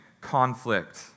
conflict